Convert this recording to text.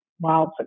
wild